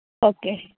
okay